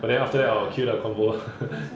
but then after that I will kill the convo